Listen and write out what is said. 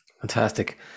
fantastic